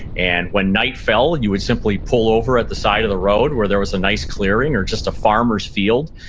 and when night fell, you would simply pull over at the side of the road where there was a nice clearing or just a farmer's field,